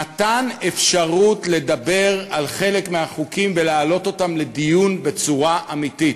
נתן אפשרות לדבר על חלק מהחוקים ולהעלות אותם לדיון בצורה אמיתית.